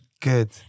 Good